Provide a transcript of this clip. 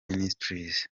ministries